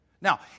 Now